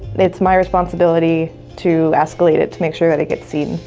it's my responsibility to escalate it to make sure that it gets seen.